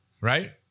right